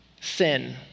sin